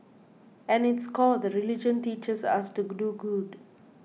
at its core the religion teaches us to do good